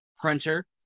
printer